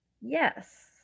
Yes